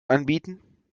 anbieten